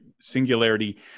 singularity